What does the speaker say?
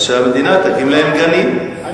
אז שהמדינה תקים להם גנים,